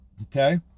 Okay